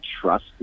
trust